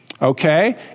okay